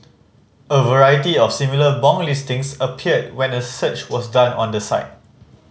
a variety of similar bong listings appeared when a search was done on the site